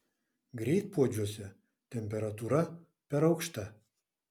greitpuodžiuose temperatūra per aukšta